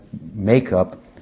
makeup